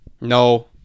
No